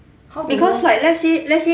how do you